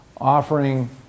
offering